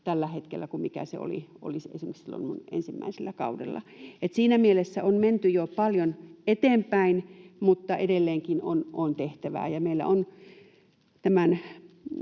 tällä hetkellä kuin mikä se oli esimerkiksi silloin minun ensimmäisellä kaudellani, niin että siinä mielessä on menty jo paljon eteenpäin, mutta edelleenkin on tehtävää.